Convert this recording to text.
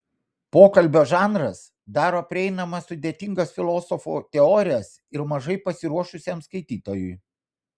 pokalbio žanras daro prieinamas sudėtingas filosofų teorijas ir mažai pasiruošusiam skaitytojui